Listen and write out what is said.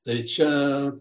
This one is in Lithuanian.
tai čia